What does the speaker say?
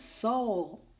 soul